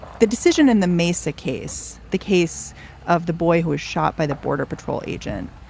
the decision in the maysa case, the case of the boy who was shot by the border patrol agent.